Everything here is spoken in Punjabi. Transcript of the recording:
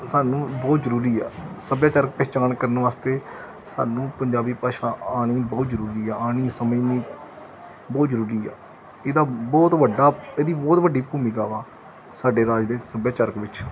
ਸਾਨੂੰ ਬਹੁਤ ਜ਼ਰੂਰੀ ਆ ਸੱਭਿਆਚਾਰਕ ਪਹਿਚਾਣ ਕਰਨ ਵਾਸਤੇ ਸਾਨੂੰ ਪੰਜਾਬੀ ਭਾਸ਼ਾ ਆਉਣੀ ਬਹੁਤ ਜ਼ਰੂਰੀ ਆ ਆਉਣੀ ਸਮਝਣੀ ਬਹੁਤ ਜ਼ਰੂਰੀ ਆ ਇਹਦਾ ਬਹੁਤ ਵੱਡਾ ਇਹਦੀ ਬਹੁਤ ਵੱਡੀ ਭੂਮਿਕਾ ਵਾ ਸਾਡੇ ਰਾਜ ਦੇ ਸੱਭਿਆਚਾਰਕ ਵਿੱਚ